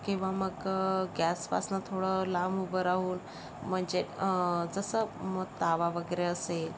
किंवा मग गॅसपासनं थोडं लांब उभं राहून म्हणजे जसं मग तवा वगैरे असेल